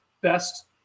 best